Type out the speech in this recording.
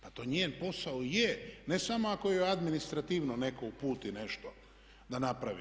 Pa to njen posao je, ne samo ako je administrativno netko uputi nešto da napravi.